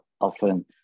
often